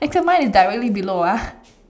except mine is directly below ah